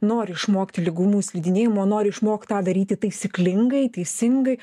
nori išmokti lygumų slidinėjimo nori išmokt tą daryti taisyklingai teisingai